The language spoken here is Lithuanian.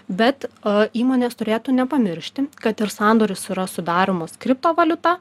bet o įmonės turėtų nepamiršti kad ir sandoris yra sudaromas kriptovaliuta